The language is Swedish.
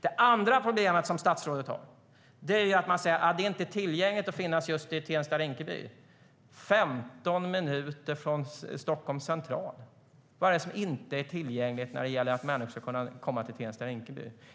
Det andra problemet är att det sägs att det inte är tillgängligt att finnas i just Tensta Rinkeby. Det är 15 minuter från Stockholms central! Vad är det som inte är tillgängligt när det gäller att människor ska kunna komma till Tensta-Rinkeby?